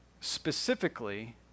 specifically